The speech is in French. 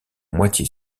moitié